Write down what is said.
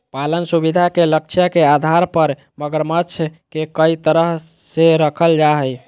पालन सुविधा के लक्ष्य के आधार पर मगरमच्छ के कई तरह से रखल जा हइ